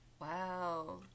Wow